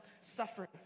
suffering